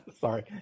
sorry